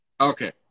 Okay